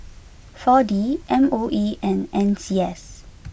four D M O E and N C S